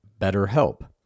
BetterHelp